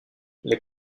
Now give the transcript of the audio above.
les